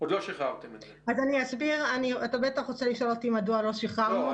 אתה רוצה לשאול אותי בטח למה לא שחררנו אותה.